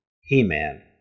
He-Man